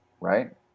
right